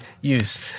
use